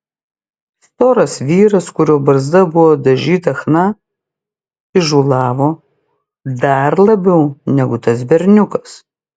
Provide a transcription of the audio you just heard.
storas vyras kurio barzda buvo dažyta chna įžūlavo dar labiau negu tas berniukas